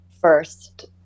first